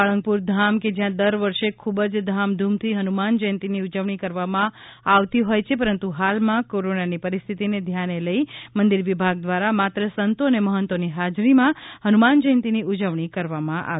સાળંગપુર ધામ કે જ્યાં દર વર્ષે ખુબ જ ધામ ધૂમથી હનુમાન જ્યંતીની ઉજવણી કરવામાં આવતી હોય છે પરંતુ હાલમાં કોરોનાની પરિસ્થિતિને ધ્યાને લઇ મંદિર વિભાગ દ્વારા માત્ર સંતો અને મહંતોની હાજરીમાં હનુમાન જયંતીની ઉજવણી કરવામાં આવી